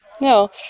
no